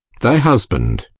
thy husband.